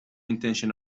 intention